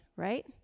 right